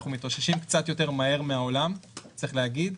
אנחנו מתאוששים קצת יותר מהר מהעולם צריך להגיד.